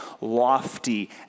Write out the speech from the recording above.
lofty